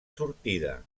sortida